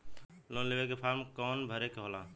Loan लेवे के form कौन भरे के होला?